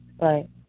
Right